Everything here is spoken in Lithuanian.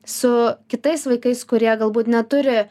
su kitais vaikais kurie galbūt neturi